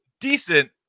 decent